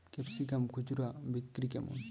Capsicum খুচরা বিক্রি কেমন?